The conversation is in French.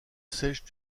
sèche